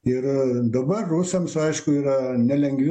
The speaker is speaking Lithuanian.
ir dabar rusams aišku yra nelengvi